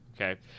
okay